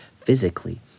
physically